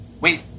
wait